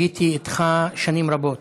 הייתי איתך שנים רבות,